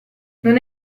non